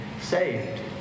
saved